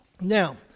Now